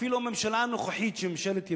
אפילו הממשלה הנוכחית, שהיא ממשלת ימין,